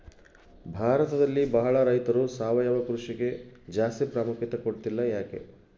ಭಾರತದಲ್ಲಿ ಬಹಳ ರೈತರು ಸಾವಯವ ಕೃಷಿಗೆ ಜಾಸ್ತಿ ಪ್ರಾಮುಖ್ಯತೆ ಕೊಡ್ತಿಲ್ಲ ಯಾಕೆ?